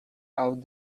out